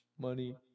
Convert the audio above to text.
money